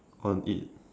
on it